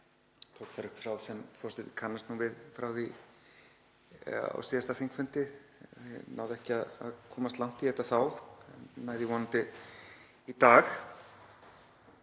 tók þar upp þráð sem forseti kannast við frá því á síðasta þingfundi. Ég náði ekki að komast langt í þessu þá en næ því vonandi í dag.